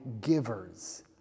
givers